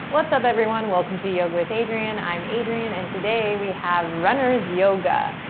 what's up, everyone? welcome to yoga with adriene. i am adriene and today we have runner's yoga.